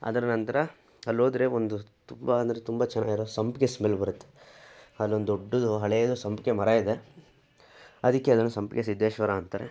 ಅದರ ನಂತರ ಅಲ್ಲೋದ್ರೆ ಒಂದು ತುಂಬ ಅಂದ್ರೆ ತುಂಬ ಚೆನ್ನಾಗಿರೊ ಸಂಪಿಗೆ ಸ್ಮೆಲ್ ಬರುತ್ತೆ ಅಲ್ಲೊಂದು ದೊಡ್ಡದು ಹಳೇದು ಸಂಪಿಗೆ ಮರ ಇದೆ ಅದಕ್ಕೆ ಅದನ್ನು ಸಂಪಿಗೆ ಸಿದ್ಧೇಶ್ವರ ಅಂತಾರೆ